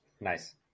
Nice